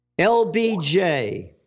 LBJ